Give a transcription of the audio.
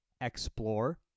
explore